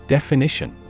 Definition